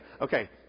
okay